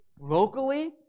locally